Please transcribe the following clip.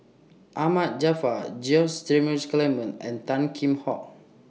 Ahmad Jaafar George Dromgold Coleman and Tan Kheam Hock